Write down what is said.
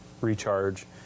recharge